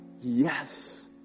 Yes